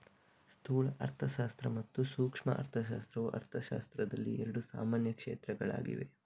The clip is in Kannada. ಸ್ಥೂಲ ಅರ್ಥಶಾಸ್ತ್ರ ಮತ್ತು ಸೂಕ್ಷ್ಮ ಅರ್ಥಶಾಸ್ತ್ರವು ಅರ್ಥಶಾಸ್ತ್ರದಲ್ಲಿ ಎರಡು ಸಾಮಾನ್ಯ ಕ್ಷೇತ್ರಗಳಾಗಿವೆ